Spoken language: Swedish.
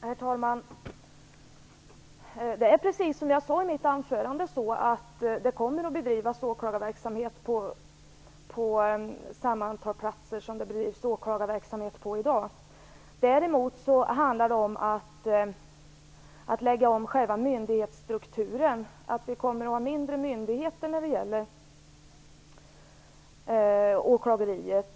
Herr talman! Det är precis så som jag sade i mitt anförande. Det kommer att bedrivas åklagarverksamhet på samma antal platser som i dag. Här handlar det om att lägga om själva myndighetsstrukturen. Vi kommer att ha mindre myndigheter när det gäller åklageriet.